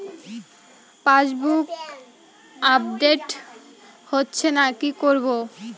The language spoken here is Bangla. পাসবুক আপডেট হচ্ছেনা কি করবো?